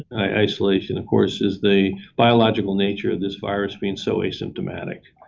isolation, of course, is the biological nature of this virus being so asymptomatic.